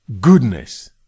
Goodness